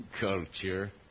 culture